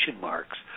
marks